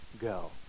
go